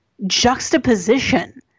Juxtaposition